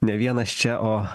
ne vienas čia o